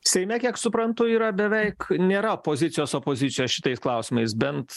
seime kiek suprantu yra beveik nėra pozicijos opozicijos šitais klausimais bent